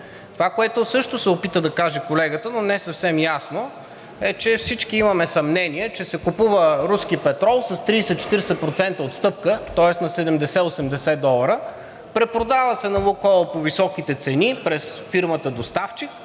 Това, което също се опита да каже колегата, но не съвсем ясно, е, че всички имаме съмнения, че се купува руски петрол с 30-40% отстъпка, тоест на 70-80 долара, препродава се на „Лукойл“ по високите цени през фирмата доставчик